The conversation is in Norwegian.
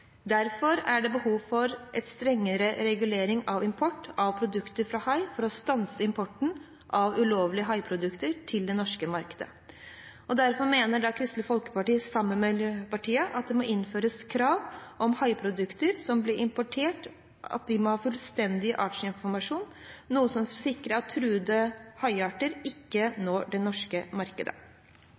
Derfor er det behov for strengere regulering av import av produkter fra hai for å stanse importen av ulovlige haiprodukter til det norske markedet. Kristelig Folkeparti mener derfor, sammen med Miljøpartiet De Grønne, at det må innføres krav om at haiprodukter som blir importert, må ha fullstendig artsinformasjon, noe som vil sikre at truede haiarter ikke når det norske markedet.